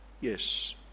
Yes